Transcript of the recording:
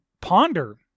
ponder